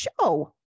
show